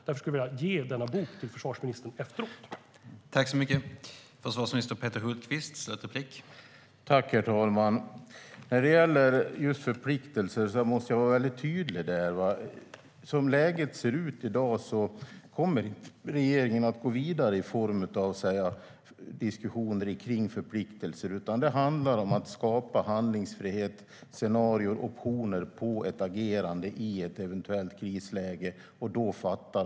Därför vill jag efter debatten ge försvarsministern den bok som jag håller i min hand.